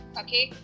okay